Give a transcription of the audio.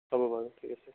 হ'ব বাৰু ঠিক আছে